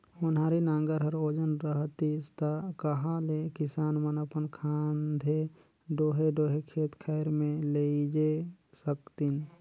ओन्हारी नांगर हर ओजन रहतिस ता कहा ले किसान मन अपन खांधे डोहे डोहे खेत खाएर मे लेइजे सकतिन